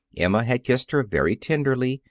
emma had kissed her very tenderly,